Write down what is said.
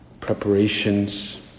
preparations